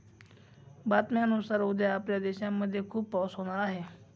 बातम्यांनुसार उद्या आपल्या देशामध्ये खूप पाऊस होणार आहे